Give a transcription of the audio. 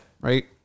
Right